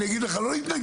אני אגיד לך לא יתנגד,